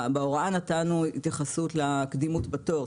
בהוראה נתנו התייחסות לקדימות בתור,